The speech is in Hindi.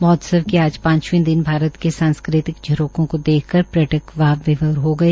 महोत्सव के आज पांचवें दिन भारत के सांस्कृतिक झरोखों को देखकर पर्यटक भाव विभोर हो गए